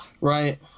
right